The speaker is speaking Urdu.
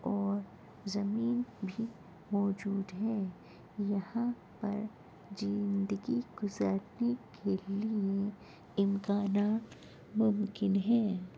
اور زمین بھی موجود ہے یہاں پر زندگی گزارنے کے لیے امکانات ممکن ہیں